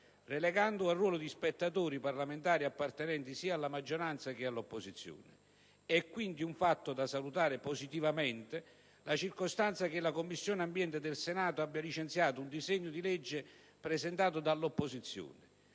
relegando al ruolo di spettatori i parlamentari appartenenti sia alla maggioranza che all'opposizione. È quindi un fatto da salutare positivamente la circostanza che la Commissione ambiente del Senato abbia licenziato un disegno di legge presentato dall'opposizione.